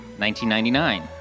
1999